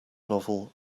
novel